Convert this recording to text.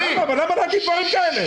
אבל למה להגיד דברים כאלה?